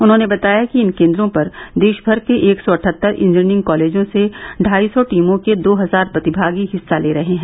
उन्होंने बताया कि इन केन्द्रों पर देश भर के एक सौ अठहत्तर इंजीनियरिंग कॉलेजों से ढाई सौ टीमों के दो हजार प्रतिभागी हिस्सा ले रहे हैं